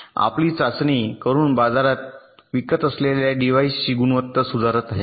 आणि आपली चाचणी करून आपण बाजारात विकत असलेल्या डिव्हाइसची गुणवत्ता सुधारत आहे